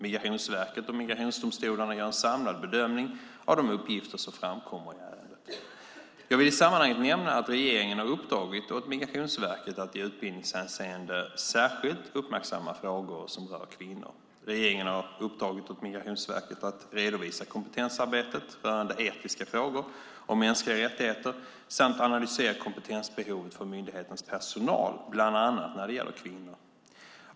Migrationsverket och migrationsdomstolarna gör en samlad bedömning av de uppgifter som framkommer i ärendet. Jag vill i sammanhanget nämna att regeringen har uppdragit åt Migrationsverket att i utbildningshänseende särskilt uppmärksamma frågor som rör kvinnor. Regeringen har uppdragit åt Migrationsverket att redovisa kompetensarbetet rörande etiska frågor och mänskliga rättigheter samt analysera kompetensbehovet för myndighetens personal bland annat när det gäller kvinnor.